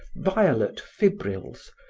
violet fibrils,